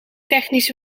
technisch